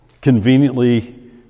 conveniently